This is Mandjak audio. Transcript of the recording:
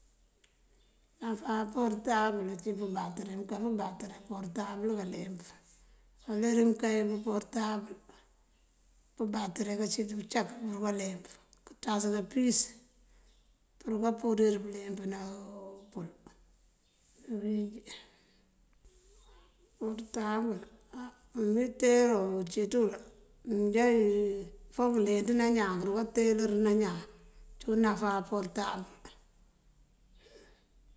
Náfá porëtabël címpun batëri. Mëënká batëri porëtabël káaleemp. Uler uwí mëënkee porëtabël, pëëmbatëri címpun pëëcak uruka leemp. Këëntas kampúus këëruka përir pëëleempëna pul ţí biwínjí. Porëtabël, á umintero uncí ţël, mëënjá fok këëlenţëná ná iñaan këëruka teelar ná iñaan cíwun náfá porëtabël